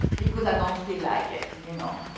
because i don't feel like it. you know